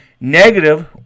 negative